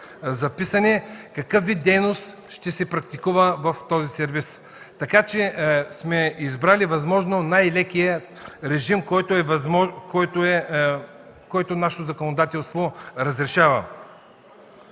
упоменато какъв вид дейност ще се практикува в сервиза. Така че сме избрали възможно най-лекия режим, който нашето законодателство разрешава.